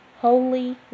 Holy